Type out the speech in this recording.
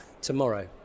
tomorrow